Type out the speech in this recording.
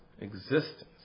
existence